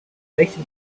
dyson